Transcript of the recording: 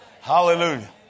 Hallelujah